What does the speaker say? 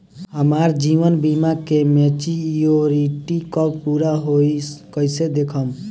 हमार जीवन बीमा के मेचीयोरिटी कब पूरा होई कईसे देखम्?